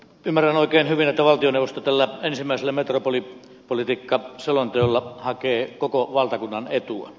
ymmärrän oikein hyvin että valtioneuvosto tällä ensimmäisellä metropolipolitiikkaselonteolla hakee koko valtakunnan etua